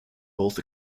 both